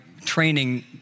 training